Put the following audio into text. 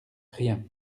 rien